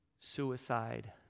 Suicide